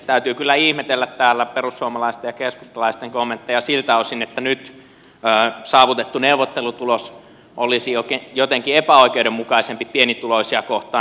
täytyy kyllä ihmetellä täällä perussuomalaisten ja keskustalaisten kommentteja siltä osin että nyt saavutettu neuvottelutulos olisi jotenkin epäoikeudenmukaisempi pienituloisia kohtaan